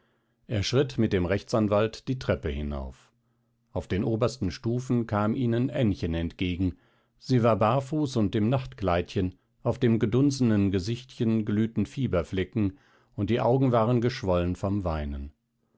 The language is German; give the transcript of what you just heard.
er schritt mit dem rechtsanwalt die treppe hinauf auf den obersten stufen kam ihnen aennchen entgegen sie war barfuß und im nachtkleidchen auf dem gedunsenen gesichtchen glühten fieberflecken und die augen waren geschwollen vom weinen